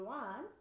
one